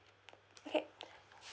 okay